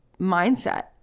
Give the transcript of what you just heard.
mindset